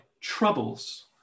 troubles